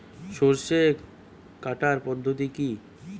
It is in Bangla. সরষে কাটার পদ্ধতি কি?